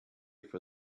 for